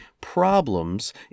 problems